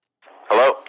Hello